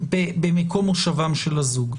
במקום מושבם של הזוג.